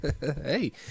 Hey